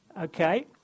Okay